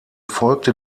folgte